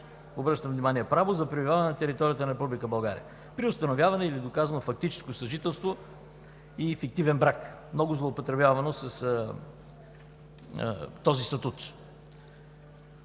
обръщам внимание, право за пребиваване на територията на Република България при установяване или доказано фактическо съжителство и фиктивен брак, много злоупотребявано с този статут.